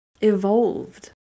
evolved